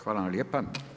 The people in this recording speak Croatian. Hvala vam lijepa.